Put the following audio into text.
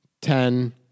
ten